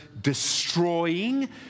destroying